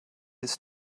his